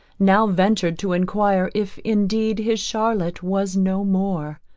now ventured to enquire if indeed his charlotte was no more.